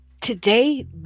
today